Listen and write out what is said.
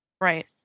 Right